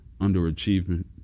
underachievement